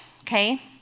okay